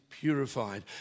purified